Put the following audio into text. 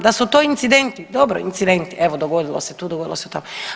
Da su to incidenti, dobro incidenti evo dogodilo se tu, dogodilo se to.